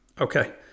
Okay